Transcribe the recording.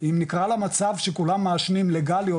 אם נקרא למצב שכולם מעשנים לגלי,